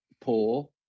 poor